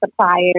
suppliers